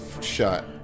shot